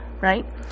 right